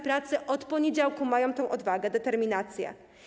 Pracy od poniedziałku mają odwagę i determinację.